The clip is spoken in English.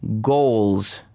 goals